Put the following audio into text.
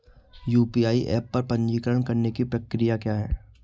UPI app पर पंजीकरण करने की प्रक्रिया क्या है?